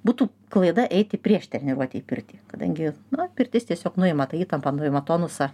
būtų klaida eiti prieš treniruotę į pirtį kadangi na pirtis tiesiog nuima tą įtampą nuima tonusą